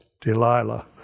Delilah